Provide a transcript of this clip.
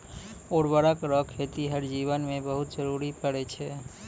उर्वरक रो खेतीहर जीवन मे बहुत जरुरी पड़ै छै